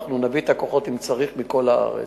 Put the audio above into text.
אם צריך, אנחנו נביא את הכוחות מכל הארץ.